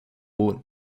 bor